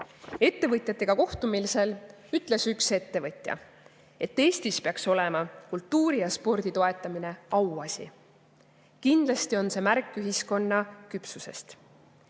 Ettevõtjatega kohtumisel ütles üks ettevõtja, et Eestis peaks olema kultuuri ja spordi toetamine auasi. Kindlasti on see märk ühiskonna küpsusest.